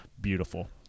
beautiful